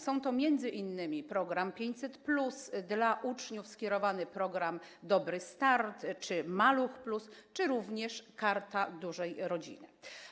Są to m.in. program 500+, dla uczniów przewidziany program „Dobry start” czy „Maluch+”, czy Karta Dużej Rodziny.